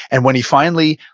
and when he finally,